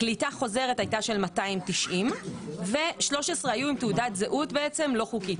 קליטה חוזרת הייתה של 290 ו-13 היו עם תעודת זהות בעצם לא חוקית,